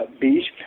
beast